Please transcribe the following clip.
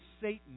Satan